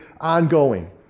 ongoing